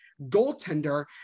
goaltender